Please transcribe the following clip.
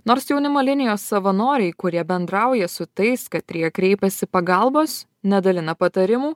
nors jaunimo linijos savanoriai kurie bendrauja su tais katrie kreipiasi pagalbos nedalina patarimų